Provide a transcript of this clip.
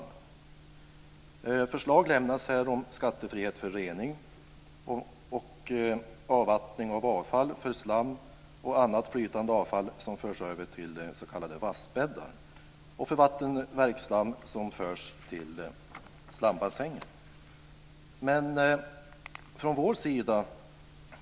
Det föreslås skattefrihet för rening och avvattning av slam och annat flytande avfall som förs över till s.k. vassbäddar och för vattenverksslam som förs till slambassänger.